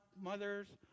mothers